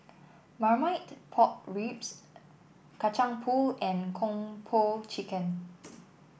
Marmite Pork Ribs Kacang Pool and Kung Po Chicken